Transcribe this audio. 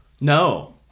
No